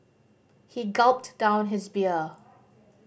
he gulped down his beer